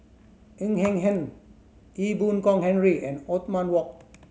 Ng Hen Hen Ee Boon Kong Henry and Othman Wok